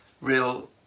Real